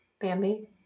Bambi